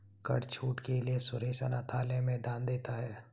कर छूट के लिए सुरेश अनाथालय में दान करता है